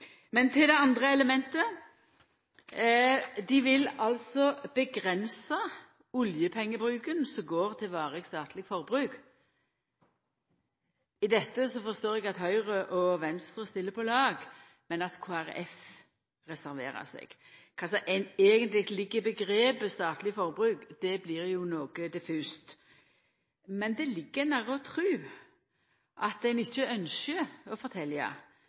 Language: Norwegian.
men til det andre elementet: Dei vil altså avgrensa oljepengebruken som går til varig, statleg forbruk. I dette forstår eg at Høgre og Venstre stiller på lag, men at Kristeleg Folkeparti reserverer seg. Kva som eigentleg ligg i omgrepet statleg forbruk, blir noko diffust, men det ligg nær å tru at ein ikkje ynskjer å fortelja